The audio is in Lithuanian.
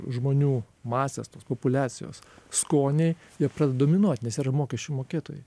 žmonių masės tos populiacijos skoniai jie pradeda dominuot nes yra mokesčių mokėtojai